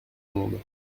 monde